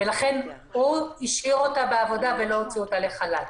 ולכן הוא השאיר אותה בעבודה ולא הוציא אותה לחל"ת,